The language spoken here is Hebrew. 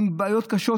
עם בעיות קשות,